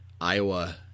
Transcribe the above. Iowa